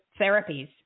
therapies